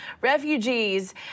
refugees